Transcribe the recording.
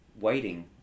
waiting